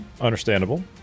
Understandable